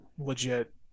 legit